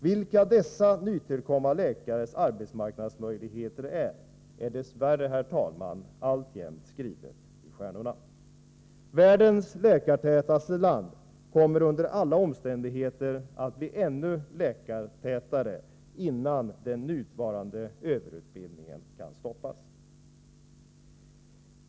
Vilka dessa nytillkomna läkares arbetsmarknadsmöjligheter är, är dess värre, herr talman, alltjämt skrivet i stjärnorna. Världens läkartätaste land kommer under alla omständigheter att bli ännu läkartätare innan den nuvarande överutbildningen kan stoppas.